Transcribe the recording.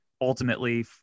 ultimately